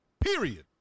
Period